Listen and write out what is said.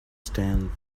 stand